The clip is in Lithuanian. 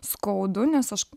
skaudu nes aš